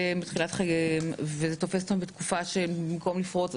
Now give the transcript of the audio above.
שהם בתחילת חייהם ושזה תופס אותם בתקופה בה הם אמורים לפרוץ,